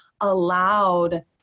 allowed